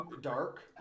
dark